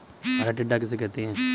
हरा टिड्डा किसे कहते हैं?